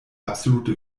absolute